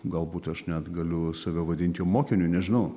galbūt aš net galiu save vadint jo mokiniu nežinau